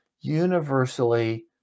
universally